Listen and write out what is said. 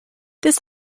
this